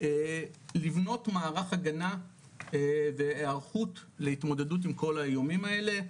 לבנות מערך הגנה והערכות להתמודדות עם כל האיומים האלה,